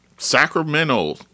Sacramento